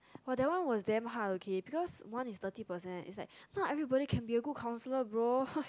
!wow! that one was damn hard okay because one is thirty percent is like not everybody can be a good counsellor bro